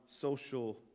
social